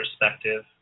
perspective